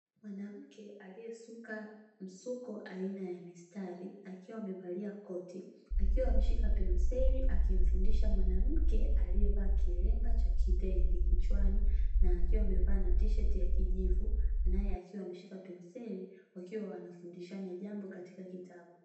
Mwanamke aliyesuka msuko aina ya mistari, akiwa amevalia koti, akiwa ameshika penseli akimfundisha mwanamke aliyevaa kilemba cha kitenge kichwani na akiwa amevaa na tisheti ya kijivu naye akiwa ameshika penseli, wakiwa wanafundishana jambo katika kitabu.